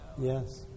Yes